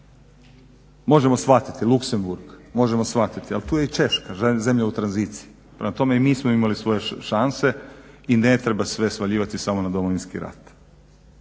možemo shvatiti Luksemburg, možemo shvatiti ali tu je i Češka, zemlja u tranziciji, prema tome mi smo imali svoje šanse i ne treba sve svaljivati samo na Domovinski rat.